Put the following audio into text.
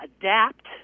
adapt